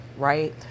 right